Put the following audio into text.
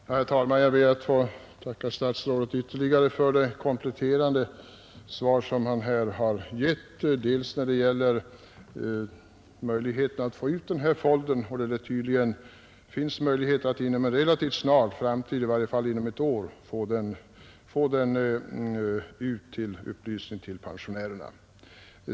Herr talman! Jag ber att få tacka statsrådet för det kompletterande svaret. Det framgår av detta att det tydligen inom en relativt snar framtid — i varje fall inom ett år — går att få ut foldern för upplysning till pensionärerna.